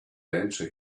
answer